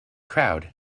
crowd